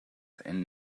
and